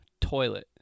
toilet